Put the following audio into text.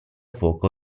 fuoco